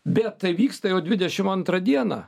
bet tai vyksta jau dvidešim antrą dieną